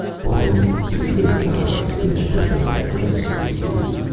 barney, be a good guy and finish putting in that glass for me will you?